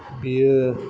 बेयो